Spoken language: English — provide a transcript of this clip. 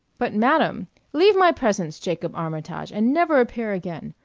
but, madam leave my presence, jacob armitage, and never appear again.